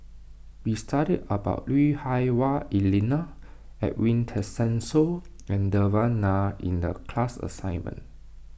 we studied about Lui Hah Wah Elena Edwin Tessensohn and Devan Nair in the class assignment